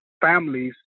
families